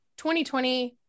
2020